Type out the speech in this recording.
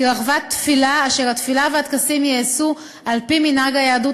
כרחבת תפילה אשר התפילה והטקסים בה ייעשו על-פי מנהג היהדות